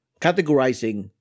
categorizing